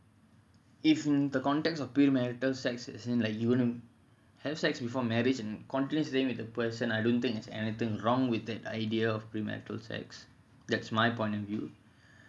if in the context of premarital sex as in like you want to have sex before marriage and continue staying with the person I don't think it's anything wrong with that idea of premarital sex that's my point of view